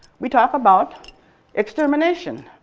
we talk about extermination.